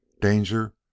Danger